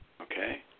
Okay